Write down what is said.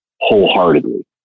wholeheartedly